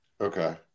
Okay